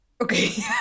Okay